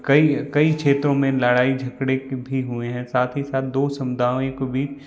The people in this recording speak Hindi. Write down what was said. कई कई क्षेत्रों मे लड़ाई झगड़े भी हुए है साथ ही साथ दो समुदायों के बीच